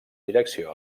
direcció